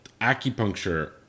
acupuncture